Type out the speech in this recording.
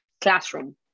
classroom